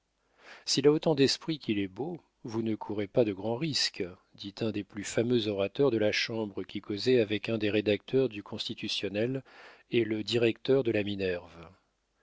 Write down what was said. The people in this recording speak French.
s'il a autant d'esprit qu'il est beau vous ne courrez pas de grands risques dit un des plus fameux orateurs de la chambre qui causait avec un des rédacteurs du constitutionnel et le directeur de la minerve